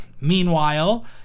Meanwhile